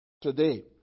today